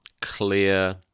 clear